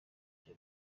cya